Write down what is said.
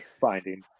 finding